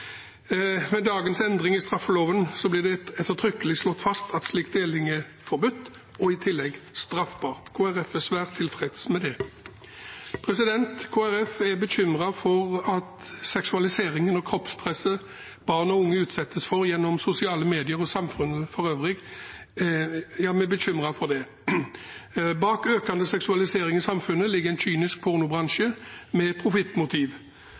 Med dagens endring i straffeloven blir det ettertrykkelig slått fast at slik deling er forbudt og i tillegg straffbart. Kristelig Folkeparti er svært tilfreds med det. Kristelig Folkeparti er bekymret for seksualiseringen og kroppspresset barn og unge utsettes for gjennom sosiale medier og samfunnet for øvrig. Bak økende seksualisering i samfunnet ligger en kynisk pornobransje med profittmotiv.